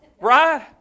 right